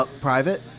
private